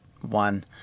one